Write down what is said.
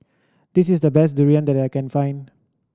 this is the best durian that I can find